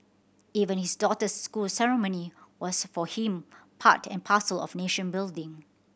even his daughter's school ceremony was for him part and parcel of nation building